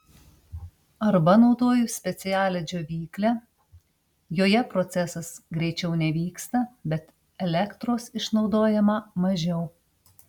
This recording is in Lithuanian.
arba naudoju specialią džiovyklę joje procesas greičiau nevyksta bet elektros išnaudojama mažiau